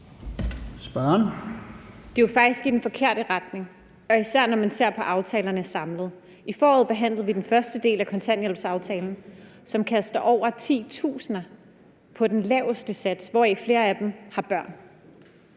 Det er jo faktisk i den forkerte retning, og især når man ser på aftalerne samlet. I foråret behandlede vi den første del af kontanthjælpsaftalen, som kaster over 10.000 hen på den laveste sats, og flere af dem har børn.